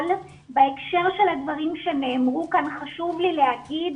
בהקשר של הדברים שנאמרו כאן חשוב לי להגיד,